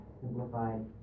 simplified